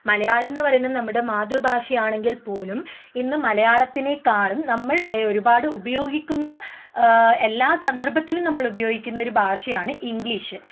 മലയാളംന്ന് പറയുന്നത് നമ്മുടെ മാതൃഭാഷയാണെങ്കിൽ പോലും ഇന്നും മലയാളത്തിനേക്കാളും നമ്മൾ ഒരുപാട് ഉപയോഗിക്കുന്ന എല്ലാ സന്ദർഭത്തിലും നമ്മൾ ഉപയോഗിക്കുന്ന ഒരു ഭാഷയാണ് ഇംഗ്ലീഷ്